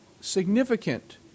significant